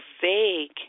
vague –